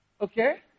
Okay